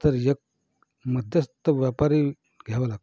तर एक मध्यस्थ व्यापारी घ्यावा लागतो